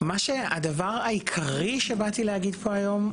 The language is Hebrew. הדבר העיקרי שבאתי להגיד פה היום,